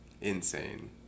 insane